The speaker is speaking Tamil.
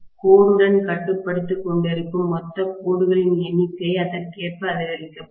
கோருடன்க் கட்டுப்படுத்திக் கொண்டிருக்கும் மொத்த கோடுகளின் எண்ணிக்கை அதற்கேற்ப அதிகரிக்கப்படும்